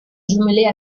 jumelée